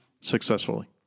successfully